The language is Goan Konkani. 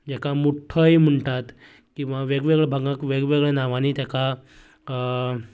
तेकां मुट्टोय म्हणटात किंवां वेगवेगळ्या भागांत वेगवेगळ्यां नांवांनी तेंका